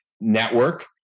network